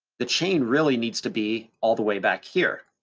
the chain really needs to be all the way back here.